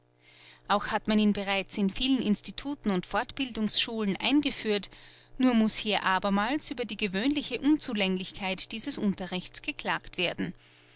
auch hat man ihn bereits in vielen instituten und fortbildungsschulen eingeführt nur muß hier abermals über die gewöhnliche unzulänglichkeit dieses unterrichts geklagt werden